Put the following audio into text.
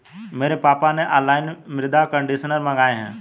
मेरे पापा ने ऑनलाइन मृदा कंडीशनर मंगाए हैं